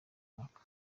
mwaka